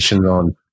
on